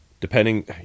depending